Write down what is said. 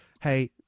hey